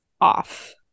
off